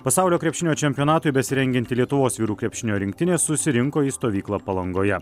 pasaulio krepšinio čempionatui besirengianti lietuvos vyrų krepšinio rinktinė susirinko į stovyklą palangoje